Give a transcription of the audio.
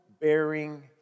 bearing